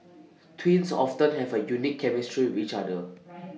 twins often have A unique chemistry each other